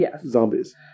zombies